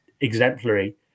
exemplary